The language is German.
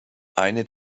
eine